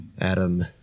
Adam